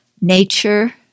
nature